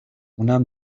اونم